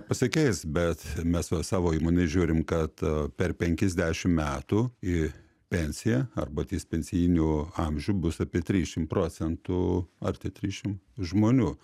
pasikeis bet mes va savo įmonėj žiūrim kad per penkiasdešimt metų į pensiją arba ties pensijiniu amžium bus apie trisdešimt procentų arti trisdešimt žmonių